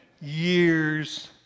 years